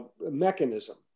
mechanism